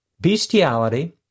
bestiality